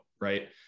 Right